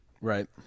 right